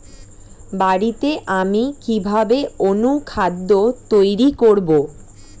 বাড়িতে আমি কিভাবে অনুখাদ্য তৈরি করব?